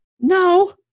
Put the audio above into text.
No